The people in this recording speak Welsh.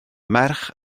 merch